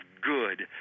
good